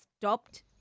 stopped